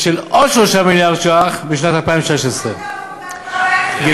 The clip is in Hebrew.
ושל עוד 3 מיליארד שקלים בשנת 2016. אז למה פגעתם בפנסיות,